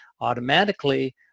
automatically